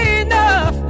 enough